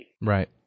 Right